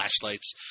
flashlights